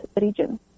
region